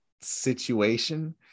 situation